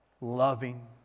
loving